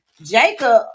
Jacob